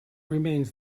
remains